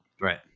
right